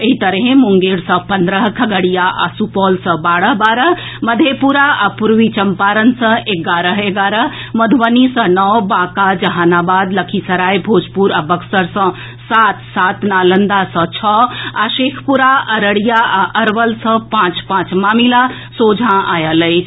एहि तरहें मुंगेर सँ पन्द्रह खगड़िया आ सुपौल से बारह बारह मधेपुरा आ पूर्वी चम्पारण सँ एगारह एगारह मधुबनी सँ नओ बांका जहानाबाद लखीसराय भोजपुर आ बक्सर सँ सात सात नालंदा सँ छओ आ शेखपुरा अररिया आ अरवल सँ पांच पांच मामिला सोझां आयल अछि